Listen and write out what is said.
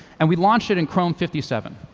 and we launched it in chrome fifty seven.